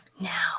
Now